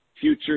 future